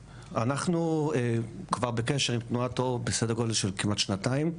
אנחנו כבר בקשר עם תנועת אור כבר בסדר גודל של כמעט שנתיים,